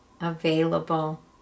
available